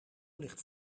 ligt